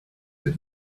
did